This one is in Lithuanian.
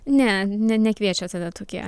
ne ne nekviečia tada tokie